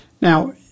Now